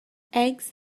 eggs